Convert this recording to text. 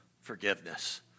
forgiveness